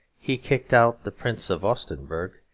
he kicked out the prince of augustenberg,